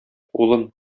улым